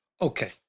Okay